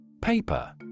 Paper